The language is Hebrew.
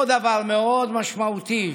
עוד דבר מאוד משמעותי,